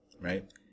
right